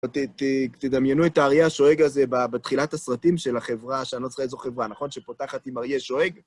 ותדמיינו את אריה השואג הזה בתחילת הסרטים של החברה, שאני לא זוכר איזו חברה, נכון? שפותחת עם אריה שואג.